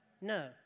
No